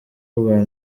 ubwa